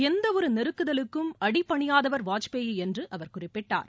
எந்தவித நெருக்குதல்களுக்கும் அடிபணியாதவர் வாஜ்பாய் என்று அவர் குறிப்பிட்டார்